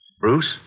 Bruce